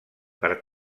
per